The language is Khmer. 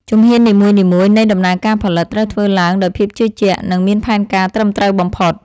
ជំហាននីមួយៗនៃដំណើរការផលិតត្រូវធ្វើឡើងដោយភាពជឿជាក់ និង មានផែនការត្រឹមត្រូវបំផុត។